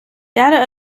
data